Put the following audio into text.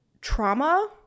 trauma